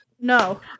no